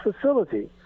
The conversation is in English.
facility